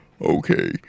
okay